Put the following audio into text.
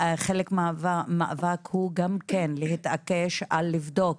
חלק מהמאבק הוא גם להתעקש על לבדוק